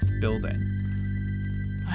building